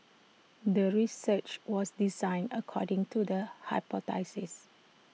the research was designed according to the hypothesis